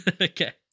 Okay